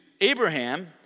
Abraham